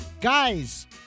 guys